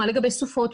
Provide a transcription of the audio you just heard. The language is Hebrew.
מה לגבי סופות?